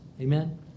Amen